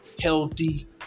healthy